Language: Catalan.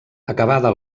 acabada